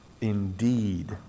indeed